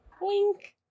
Wink